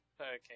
Okay